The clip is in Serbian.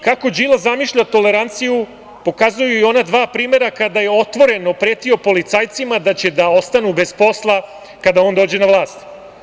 Kako Đilas zamišlja toleranciju pokazuju i ona dva primera kada je otvoreno pretio policajcima da će da ostanu bez posla kada on dođe na vlast.